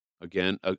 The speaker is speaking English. again